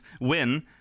win